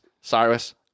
Cyrus